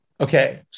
Okay